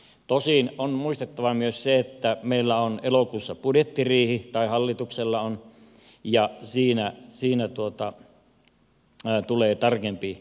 tosin on muistettava myös se että hallituksella on elokuussa budjettiriihi ja siinä tulee tarkempi erittely